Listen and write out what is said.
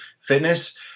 fitness